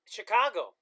Chicago